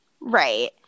Right